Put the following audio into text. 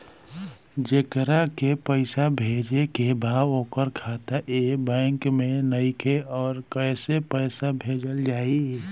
जेकरा के पैसा भेजे के बा ओकर खाता ए बैंक मे नईखे और कैसे पैसा भेजल जायी?